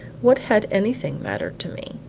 what had anything mattered to me?